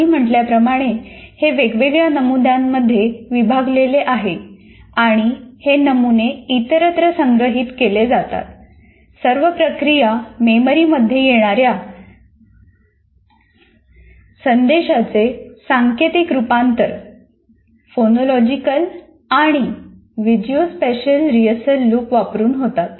आधी म्हटल्याप्रमाणे हे वेगवेगळ्या नमुन्यांमध्ये विभागलेले आहे आणि हे नमुने इतरत्र संग्रहित केले जातात सर्व प्रक्रिया मेमरीमध्ये येणाऱ्या संदेशांचे सांकेतिक रूपांतर फोनोलॉजीकल आणि व्हिजुओस्पॅशल रीहर्सल लूप वापरून होतात